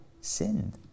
sinned